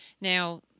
Now